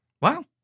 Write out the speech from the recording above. Wow